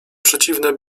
przeciwne